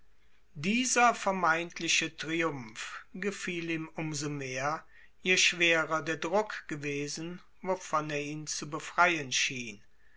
dieser vermeintliche triumph gefiel ihm um so mehr je schwerer der druck gewesen wovon er ihn zu befreien schien